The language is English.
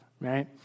right